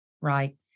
Right